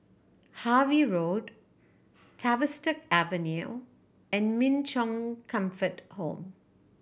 Harvey Road Tavistock Avenue and Min Chong Comfort Home